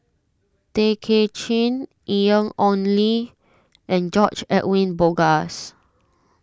Tay Kay Chin Ian Ong Li and George Edwin Bogaars